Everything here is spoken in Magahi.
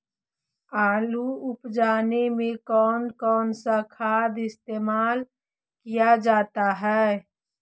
आलू उप जाने में कौन कौन सा खाद इस्तेमाल क्या जाता है?